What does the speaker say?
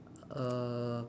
uh